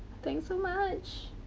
thanks so much.